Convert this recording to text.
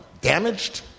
damaged